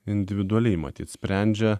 individualiai matyt sprendžia